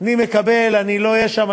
אני לא אהיה שם.